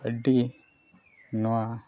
ᱟᱹᱰᱤ ᱱᱚᱣᱟ